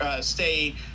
stay